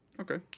Okay